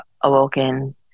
awoken